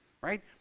right